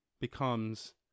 becomes